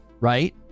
right